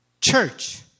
church